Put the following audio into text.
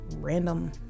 random